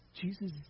Jesus